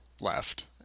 left